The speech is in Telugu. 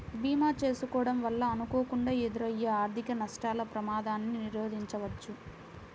భీమా చేసుకోడం వలన అనుకోకుండా ఎదురయ్యే ఆర్థిక నష్టాల ప్రమాదాన్ని నిరోధించవచ్చు